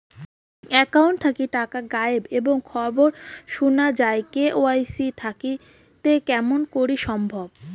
Account থাকি টাকা গায়েব এর খবর সুনা যায় কে.ওয়াই.সি থাকিতে কেমন করি সম্ভব?